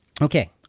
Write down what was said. okay